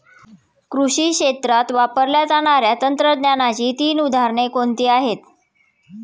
कृषी क्षेत्रात वापरल्या जाणाऱ्या तंत्रज्ञानाची तीन उदाहरणे कोणती आहेत?